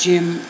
Jim